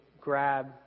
grab